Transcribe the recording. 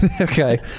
Okay